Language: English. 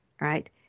right